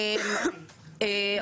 עסקים.